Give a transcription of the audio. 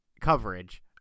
coverage